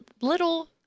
little